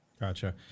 Gotcha